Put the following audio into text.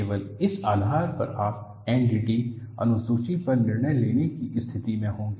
केवल इस आधार पर आप NDT अनुसूची पर निर्णय लेने की स्थिति में होंगे